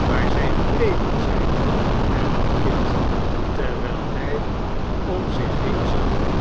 waar zij gebleven zijn hernam kit terwijl hij om zich heen zag